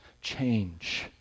Change